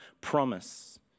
promise